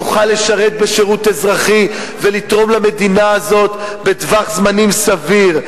שיוכל לשרת בשירות אזרחי ולתרום למדינה הזאת בטווח זמנים סביר.